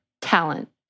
talent